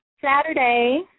Saturday